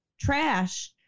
trash